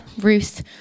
Ruth